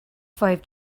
five